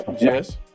Yes